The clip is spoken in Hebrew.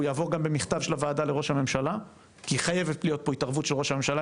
הוא יעבור גם במכתב של הוועדה לראש הממשלה,